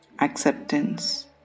acceptance